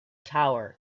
tower